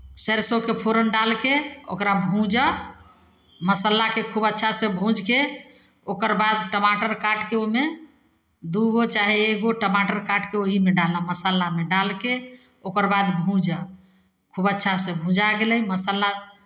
सैरसोके फोरन डालि कऽ ओकरा भूँजा मसालाके खूब अच्छासँ भूजि कऽ ओकर बाद टमाटर काटि कऽ ओहिमे दू गो चाहे एक गो टमाटर काटि कऽ ओहीमे डालब मसालामे डालि कऽ ओकर बाद भूँजह खूब अच्छासँ भुँजा गेलै मसाला